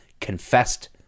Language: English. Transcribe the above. confessed